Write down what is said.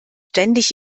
ständig